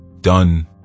done